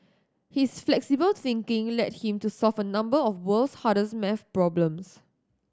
his flexible thinking led him to solve a number of world's hardest maths problems